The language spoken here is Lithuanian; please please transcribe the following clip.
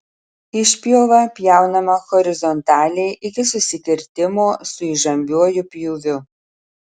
išpjova pjaunama horizontaliai iki susikirtimo su įžambiuoju pjūviu